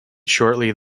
shortly